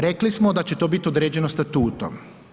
Rekli smo da će to biti određeno statutom.